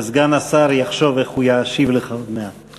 וסגן השר יחשוב איך הוא ישיב לך עוד מעט.